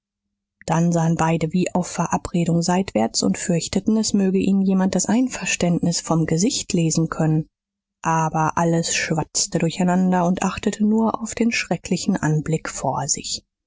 dann sahen beide wie auf verabredung seitwärts und fürchteten es möge ihnen jemand das einverständnis vom gesicht lesen können aber alles schwatzte durcheinander und achtete nur auf den schrecklichen anblick vor sich